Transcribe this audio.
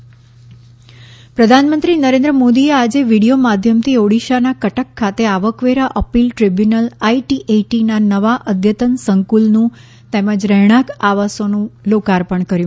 પ્રધાનમંત્રી કટક આઇટીએટી પ્રધાનમંત્રી નરેન્દ્ર મોદીએ આજે વિડિયો માધ્યમથી ઓડિશાના કટક ખાતે આવકવેરા અપીલ દ્રીબ્યુનલ આઇટીએટીના નવા અદ્યતન સંકુલનું તેમજ રહેણાંક આવાસોનું લોકાર્પણ કર્યું